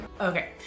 Okay